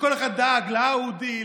שכל אחד דאג לאאודי,